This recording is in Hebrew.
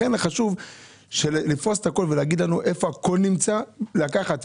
לכן חשוב לפרוס את הכול ולהגיד לנו איפה הכול נמצא וגם